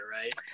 Right